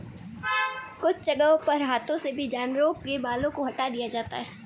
कुछ जगहों पर हाथों से भी जानवरों के बालों को हटा दिया जाता है